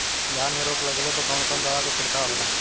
धान में रोग लगले पर कवन कवन दवा के छिड़काव होला?